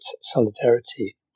solidarity